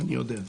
אני יודע.